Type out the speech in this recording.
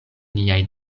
niaj